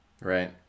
Right